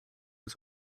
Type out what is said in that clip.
was